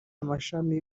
amashami